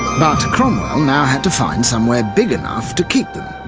but cromwell now had to find somewhere big enough to keep them,